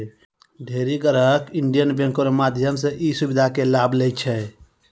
ढेरी ग्राहक Indian bank रो माध्यम से ई सुविधा के लाभ लै छै